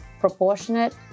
proportionate